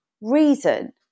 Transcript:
reason